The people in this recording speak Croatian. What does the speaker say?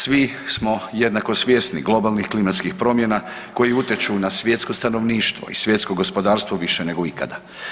Svi smo jednako svjesni globalnih klimatskih promjena koje utječu na svjetsko stanovništvo i svjetsko gospodarstvo više nego ikada.